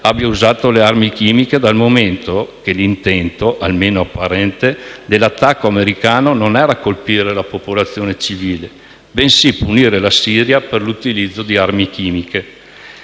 abbia usato armi chimiche dal momento che l'intento, almeno apparente, dell'attacco americano non era colpire la popolazione civile, bensì punire la Siria per l'utilizzo di armi chimiche.